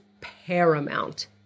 paramount